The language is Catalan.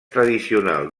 tradicional